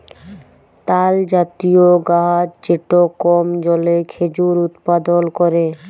তালজাতীয় গাহাচ যেট কম জলে খেজুর উৎপাদল ক্যরে